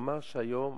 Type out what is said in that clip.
נאמר שהיום